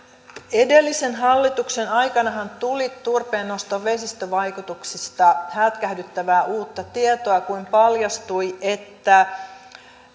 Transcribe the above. edellisen hallituksen aikanahan tuli turpeennoston vesistövaikutuksista hätkähdyttävää uutta tietoa kun paljastui että